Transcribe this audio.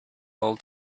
all